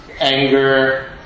anger